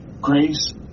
grace